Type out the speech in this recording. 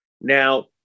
Now